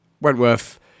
Wentworth